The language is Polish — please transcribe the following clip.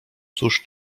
cóż